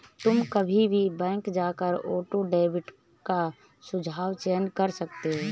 तुम कभी भी बैंक जाकर ऑटो डेबिट का सुझाव का चयन कर सकते हो